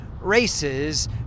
races